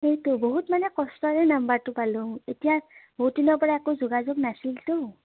সেইটো বহুত মানে কষ্টৰে নাম্বাৰটো পালোঁ এতিয়া বহুত দিনৰ পৰা একো যোগাযোগ নাছিলতো